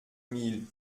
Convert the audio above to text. mille